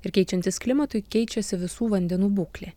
ir keičiantis klimatui keičiasi visų vandenų būklė